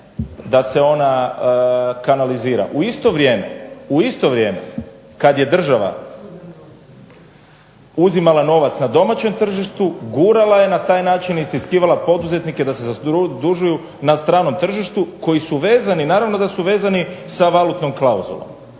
U isto vrijeme kad je država uzimala novac na domaćem tržištu gurala je na taj način i istiskivala poduzetnike da se zadužuju na stranom tržištu koji su vezani, naravno da su vezani sa valutnom klauzulom.